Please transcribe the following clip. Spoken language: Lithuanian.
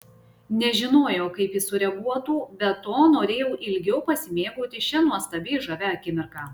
nežinojo kaip jis sureaguotų be to norėjau ilgiau pasimėgauti šia nuostabiai žavia akimirka